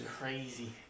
crazy